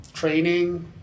Training